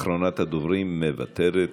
אחרונת הדוברים, מוותרת.